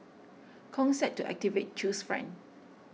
Kong said to activate Chew's friend